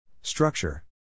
structure